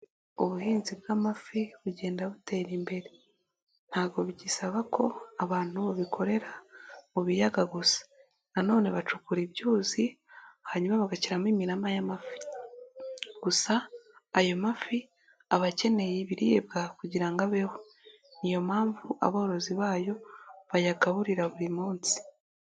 ubuhinzi bw'amafi bugenda butera imbere, ntago bigisaba ko abantu babikorera mu biyaga gusa nanone bacukura ibyuzi hanyuma bagashyiramo imirama y'amafi. Gusa ayo mafi aba akeneye ibiribwa kugira abeho. Ni iyo mpamvu aborozi bayo bayagaburira buri munsi.